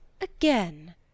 again